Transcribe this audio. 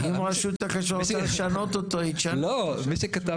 אם רשות החשמל רוצה לשנות אותו, היא תשנה אותו.